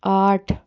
आठ